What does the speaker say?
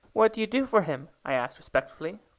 what do you do for him? i asked respectfully.